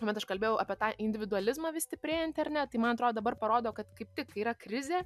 bet aš kalbėjau apie tą individualizmą vis stiprėjantį ar ne tai man atrodo dabar parodo kad kaip tik yra krizė